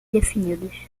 definidos